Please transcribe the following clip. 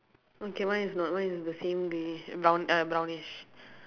okay mine is not mine is the same they brown uh brownish